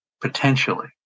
potentially